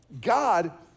God